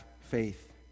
faith